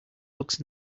looks